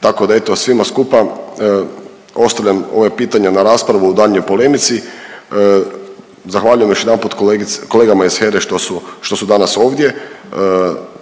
Tako da eto svima skupa ostavljam ova pitanja na raspravu u daljnjoj polemici. Zahvaljujem još jedanput kolegama iz HERA-e što su, što su danas ovdje.